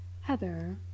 heather